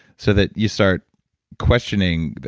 so that you start questioning,